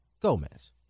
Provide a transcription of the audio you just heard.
gomez